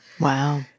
Wow